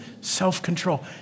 self-control